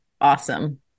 Awesome